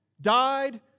died